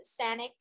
sanic